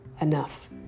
enough